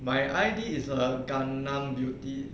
my I_D is a gangnam beauty